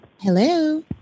Hello